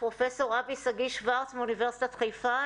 פרופ' אבי שגיא שוורץ מאוניברסיטת חיפה,